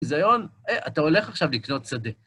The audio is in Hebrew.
ביזיון, אתה הולך עכשיו לקנות שדה.